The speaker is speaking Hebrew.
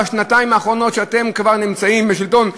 כשאתם כבר נמצאים בשלטון,